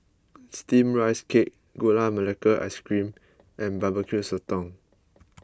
Steamed Rice Cake Gula MelakaIce Cream and B B Q Sotong